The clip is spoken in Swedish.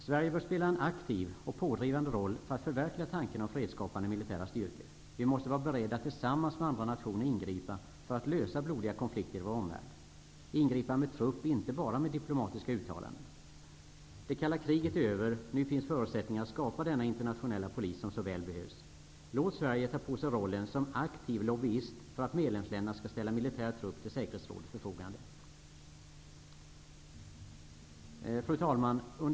Sverige bör spela en aktiv och pådrivande roll för att förverkliga tanken på fredsskapande militära styrkor. Vi måste vara beredda att tillsammans med andra nationer ingripa för att lösa blodiga konflikter i vår omvärld. Det gäller då att ingripa med trupp, inte bara med diplomatiska uttalanden. Det kalla kriget är över. Nu finns det förutsättningar att skapa denna internationella polis som så väl behövs. Låt Sverige ta på sig rollen som aktiv lobbyist för att medlemsländerna skall ställa militär trupp till Säkerhetsrådets förfogande. Fru talman!